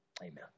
Amen